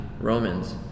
Romans